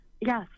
Yes